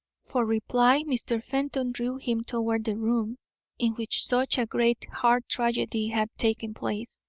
for reply mr. fenton drew him toward the room in which such a great heart-tragedy had taken place.